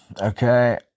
okay